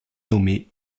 nommée